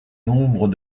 nombre